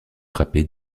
frappé